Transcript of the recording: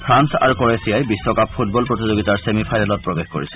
funds আৰু ক্ৰ'ৱেচিয়াই বিশ্বকাপ ফুটবল প্ৰতিযোগিতাৰ চেমিফাইনেলত প্ৰবেশ কৰিছে